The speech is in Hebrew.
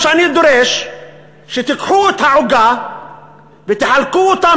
מה שאני דורש הוא שתיקחו את העוגה ותחלקו אותה